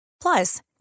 Plus